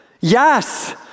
Yes